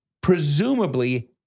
presumably